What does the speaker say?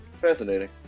Fascinating